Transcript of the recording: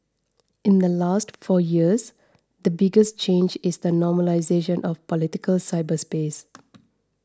in the last four years the biggest change is the normalisation of political cyberspace